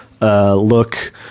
look